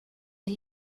del